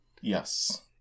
Yes